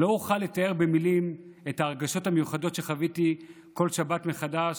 לא אוכל לתאר במילים את ההרגשות המיוחדות שחוויתי כל שבת מחדש